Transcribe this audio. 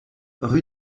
rue